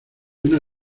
una